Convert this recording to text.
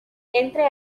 entre